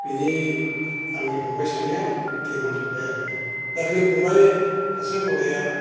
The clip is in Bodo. बिनि आंनि फंबाय सानैया थैनानै थांबाय आरो दाखिनि सासे फंबाय गदाया